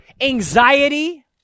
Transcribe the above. anxiety